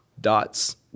Dots